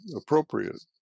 appropriate